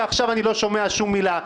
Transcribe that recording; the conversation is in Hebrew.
ועכשיו אני לא שומע שום מילה.